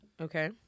Okay